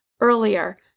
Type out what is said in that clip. earlier